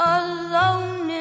alone